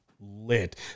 lit